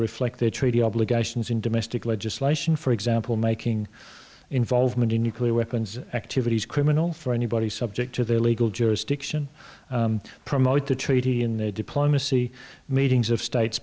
reflect their treaty obligations in domestic legislation for example making involvement in nuclear weapons activities criminal for anybody subject to their legal jurisdiction promote the treaty and diplomacy meetings of states